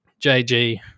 JG